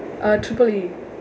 uh triple E